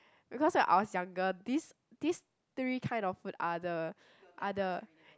because when I was younger this these three kind of food are the are the